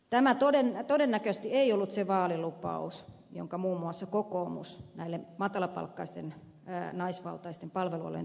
tämä todennäköisesti ei ollut se vaalilupaus jonka muun muassa kokoomus näille matalapalkkaisten naisvaltaisten palvelualojen ammattilaisille antoi